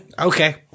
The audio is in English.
Okay